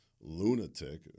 lunatic